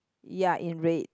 ya in red